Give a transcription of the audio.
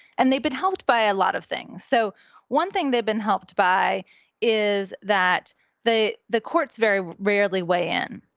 and they've been helped by a lot of things. so one thing they've been helped by is that they the courts very rarely weigh in.